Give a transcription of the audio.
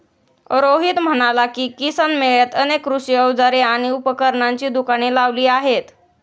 रोहित म्हणाला की, किसान मेळ्यात अनेक कृषी अवजारे आणि उपकरणांची दुकाने लावली आहेत